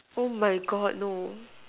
oh my God no